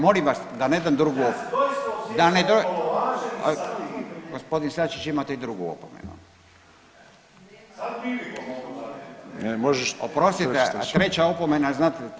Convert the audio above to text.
Molim vas da ne dam drugu … [[Upadica se ne razumije.]] Gospodin Sačić imate i drugu opomenu. … [[Upadica se ne razumije.]] Oprostite, a treća opomena znate.